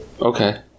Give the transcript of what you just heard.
Okay